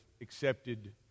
accepted